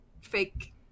fake